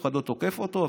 אף אחד לא תוקף אותו,